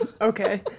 Okay